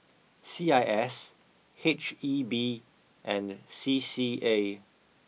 C I S H E B and C C A